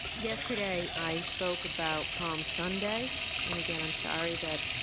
yesterday, i spoke about palm sunday and again, i'm sorry that